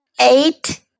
eight